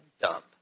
dump